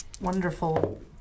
wonderful